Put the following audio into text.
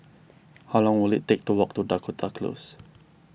how long will it take to walk to Dakota Close